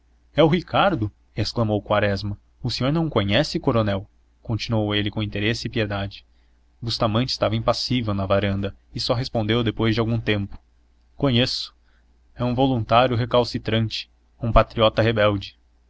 é o ricardo exclamou quaresma o senhor não o conhece coronel continuou ele com interesse e piedade bustamante estava impassível na varanda e só respondeu depois de algum tempo conheço é um voluntário recalcitrante um patriota rebelde